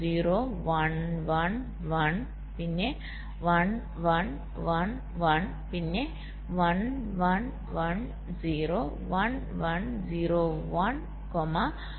0 1 1 1 പിന്നെ 1 1 1 1 പിന്നെ 1 1 1 0 1 1 0 1 1 0 1 0